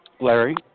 Larry